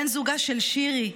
בן זוגה של שירי,